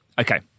Okay